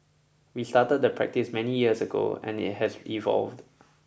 we started the practice many years ago and it has evolved